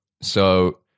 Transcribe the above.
So-